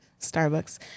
Starbucks